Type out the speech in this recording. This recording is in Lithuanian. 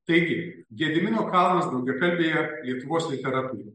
taigi gedimino kalnas daugiakalbėje lietuvos literatūroje